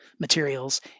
materials